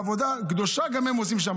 עבודה קדושה גם הם עושים שם,